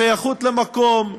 השייכות למקום,